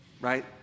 Right